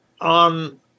on